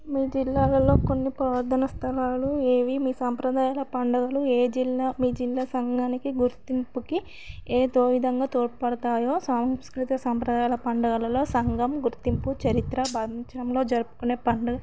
మీ జిల్లాలలో కొన్ని ప్రార్ధన స్థలాలు ఏవి మీ సంప్రదాయాల పండుగలు ఏ జిల్లా మీ జిల్లా సంఘానికి గుర్తింపుకి ఏతో విధంగా తోడ్పడుతాయో సాంస్కృత సంప్రదాయాల పండగలలో సంఘం గుర్తింపు చరిత్ర భావించడంలో జరుపుకునే పండుగ